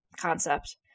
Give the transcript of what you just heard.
concept